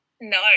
No